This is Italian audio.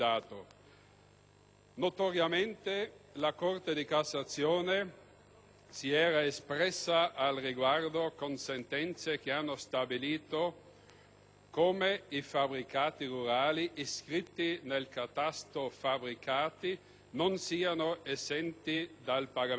Notoriamente, la Corte di cassazione si era espressa al riguardo con sentenze che hanno stabilito come i fabbricati rurali iscritti nel catasto fabbricati non siano esenti dal pagamento dell'ICI.